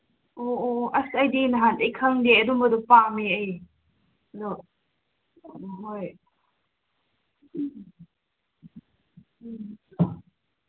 ꯑꯣ ꯑꯣ ꯑꯁ ꯑꯩꯗꯤ ꯅꯍꯥꯟꯗꯒꯤ ꯈꯪꯗꯦ ꯑꯗꯨꯝꯕꯗꯣ ꯄꯥꯝꯃꯦ ꯑꯩ ꯑꯗꯣ ꯍꯣꯏ